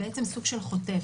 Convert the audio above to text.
אתה בעצם סוג של "חוטף",